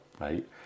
right